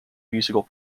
musical